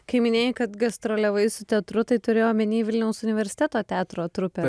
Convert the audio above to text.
kai minėjai kad gastroliavai su teatru tai turėjai omeny vilniaus universiteto teatro trupę